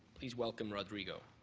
please welcome rodrigo.